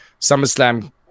SummerSlam